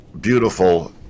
beautiful